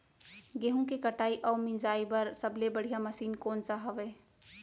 गेहूँ के कटाई अऊ मिंजाई बर सबले बढ़िया मशीन कोन सा हवये?